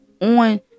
on